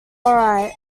alright